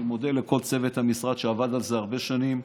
אני מודה לכל צוות המשרד, שעבד על זה הרבה שנים,